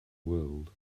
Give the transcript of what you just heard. world